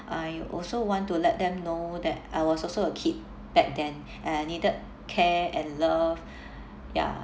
I also want to let them know that I was also a kid back then and I needed care and love ya